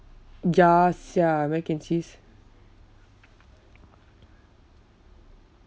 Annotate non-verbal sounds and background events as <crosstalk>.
ya sia mac and cheese <noise>